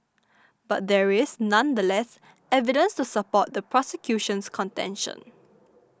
but there is nonetheless evidence to support the prosecution's contention